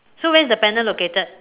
so where is the panel located